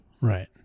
Right